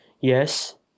yes